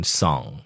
song